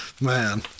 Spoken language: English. Man